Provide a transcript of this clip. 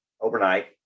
overnight